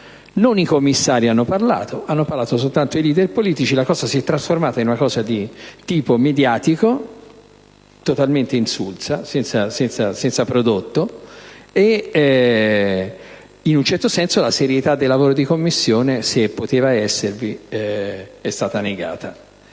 di scambio: non hanno parlato i commissari, ma soltanto i *leader* politici e la cosa si è trasformata in qualcosa di tipo mediatico, totalmente insulso, senza prodotto e in un certo senso la serietà del lavoro di Commissione, se poteva esservi, è stata negata.